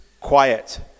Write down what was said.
quiet